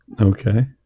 Okay